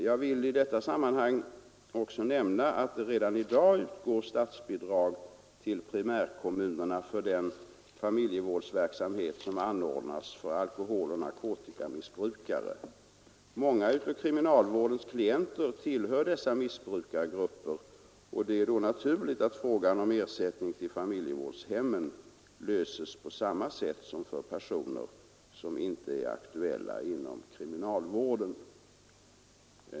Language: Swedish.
Jag vill i detta sammanhang nämna att redan i dag utgår statsbidrag till primärkommunerna för den familjevårdsverksamhet som anordnas för alkoholoch narkotikamissbrukare. Många av kriminalvårdens klienter tillhör dessa missbrukargrupper. Det är då naturligt att frågan om ersättning till familjevårdshemmen löses på samma sätt som för personer som inte är aktuella inom kriminalvården.